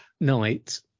Night